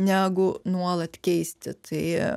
negu nuolat keisti tai